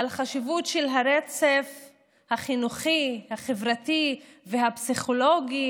החשיבות של הרצף החינוכי, החברתי והפסיכולוגי